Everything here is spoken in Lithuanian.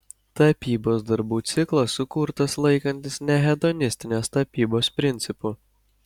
tapybos darbų ciklas sukurtas laikantis nehedonistinės tapybos principų